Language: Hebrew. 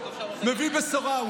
מביא בשורה.